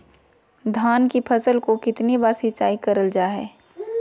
धान की फ़सल को कितना बार सिंचाई करल जा हाय?